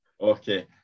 Okay